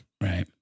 right